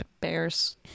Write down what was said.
bears